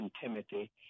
Timothy